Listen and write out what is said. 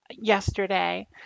yesterday